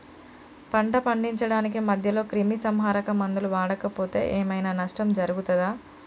పంట పండించడానికి మధ్యలో క్రిమిసంహరక మందులు వాడకపోతే ఏం ఐనా నష్టం జరుగుతదా?